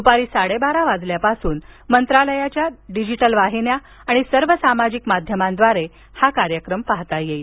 दपारी साडेबारा वाजल्यापासून मंत्रालयाच्या डिजिटल वाहिन्या आणि सर्व सामाजिक माध्यमाद्वारे हा कार्यक्रम पाहता येईल